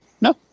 No